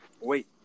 Wait